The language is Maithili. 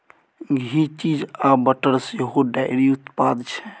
घी, चीज आ बटर सेहो डेयरी उत्पाद छै